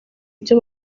ibyo